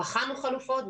בחנו חלופות,